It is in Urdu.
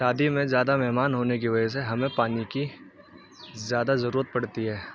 شادی میں زیادہ مہمان ہونے کی وجہ سے ہمیں پانی کی زیادہ ضرورت پڑتی ہے